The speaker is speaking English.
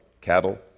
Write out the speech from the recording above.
cattle